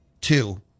Two